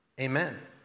Amen